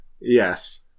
Yes